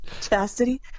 Chastity